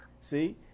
See